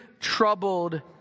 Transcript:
troubled